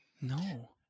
No